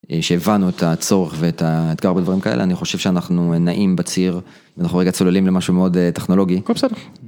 שהבנו את הצורך ואת האתגר בדברים כאלה, אני חושב שאנחנו נעים בציר... אנחנו רגע צוללים למשהו מאוד טכנולוגי... הכל בסדר.